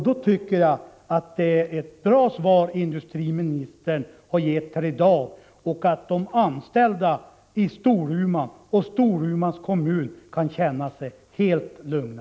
Då tycker jag att det är ett bra svar som industriministern har gett här i dag. De anställda i Storuman och Storumans kommun kan nu känna sig helt lugna.